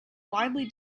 widely